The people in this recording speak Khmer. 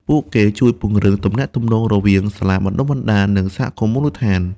ពួកគេជួយពង្រឹងទំនាក់ទំនងរវាងសាលាបណ្តុះបណ្តាល និងសហគមន៍មូលដ្ឋាន។